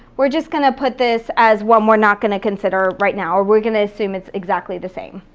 we're just gonna put this as one we're not gonna consider right now, or we're gonna assume it's exactly the same.